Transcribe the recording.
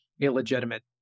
illegitimate